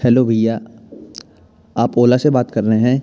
hello भईया आप ओला से बात कर रहे हैं